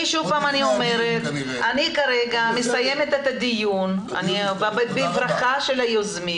אני מסיימת את הדיון בברכה של היוזמים